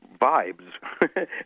vibes